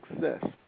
success